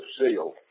seal